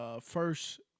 first